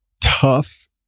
tough